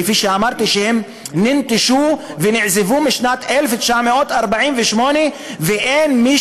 שכפי שאמרתי ננטשו ונעזבו מ-1948 ואין מי